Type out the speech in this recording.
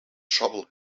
shovel